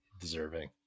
deserving